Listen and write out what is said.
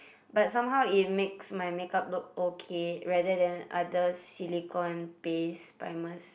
but somehow it makes my make-up look okay rather than other silicone paste primers